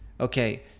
okay